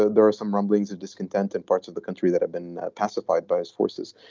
ah there are some rumblings of discontent in parts of the country that have been pacified by us forces.